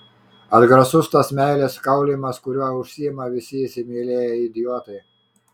atgrasus tas meilės kaulijimas kuriuo užsiima visi įsimylėję idiotai